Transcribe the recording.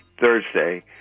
Thursday